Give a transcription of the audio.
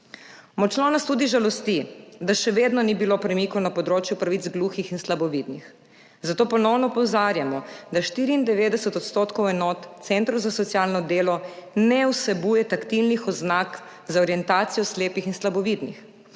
Močno nas tudi žalosti, da še vedno ni bilo premikov na področju pravic gluhih in slabovidnih, zato ponovno opozarjamo, da 94 % enot centrov za socialno delo ne vsebuje taktilnih oznak za orientacijo slepih in slabovidnih,